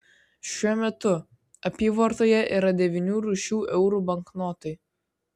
šiuo metu apyvartoje yra devynių rūšių eurų banknotai